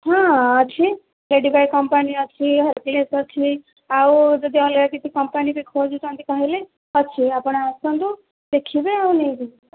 ହଁ ଅଛି Ladybird company ଅଛି ହର୍କୁଲେସ୍ ଅଛି ଆଉ ଯଦି ଅଲଗା କିଛି କମ୍ପାନୀ ବି ଖୋଜୁଛନ୍ତି କହିଲେ ଅଛି ଆପଣ ଆସନ୍ତୁ ଦେଖିବେ ଆଉ ନେଇକି